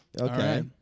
Okay